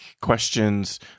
questions